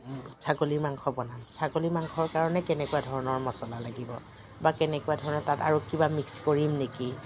ছাগলী মাংস বনাম ছাগলী মাংসৰ কাৰণে কেনেকুৱা ধৰণৰ মছলা লাগিব বা কেনেকুৱা ধৰণৰ তাত আৰু কিবা মিক্স কৰিম নেকি